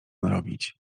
narobić